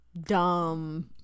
dumb